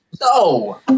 No